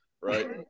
Right